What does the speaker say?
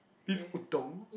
beef udon